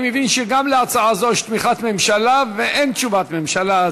אני מבין שגם להצעה זו יש תמיכת ממשלה ואין תשובת ממשלה.